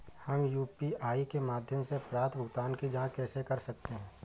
हम यू.पी.आई के माध्यम से प्राप्त भुगतान की जॉंच कैसे कर सकते हैं?